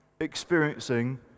experiencing